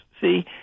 See